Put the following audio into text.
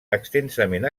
extensament